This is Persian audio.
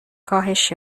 کاهش